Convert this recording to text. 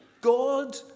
God